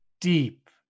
deep